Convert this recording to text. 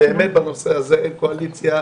באמת בנושא הזה אין קואליציה,